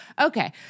Okay